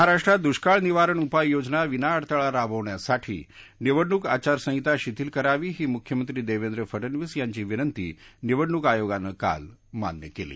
महाराष्ट्रात दुष्काळ निवारण उपाययोजना विनाअडथळा राबवण्यासाठी निवडणूक आचारसंहिता शिथिल करावी ही मुख्यमंत्री देवेंद्र फडनवीस यांची विनंती निवडणूक आयोगानं काल मान्य केली